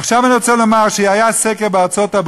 עכשיו אני רוצה לומר שהיה סקר בארצות-הברית